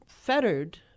fettered